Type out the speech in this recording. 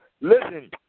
listen